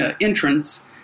entrance